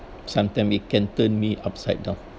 sometime it can turn me upside down